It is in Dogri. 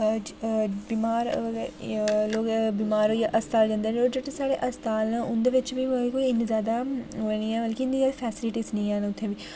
बीमार लोक बीमार होइयै अस्ताल जंदे उठी जेह्के अस्ताल न उं'दे बिच बी कोई इ'न्नी जादा ओह् निं ऐ मतलब फैसिलिटी निं हैन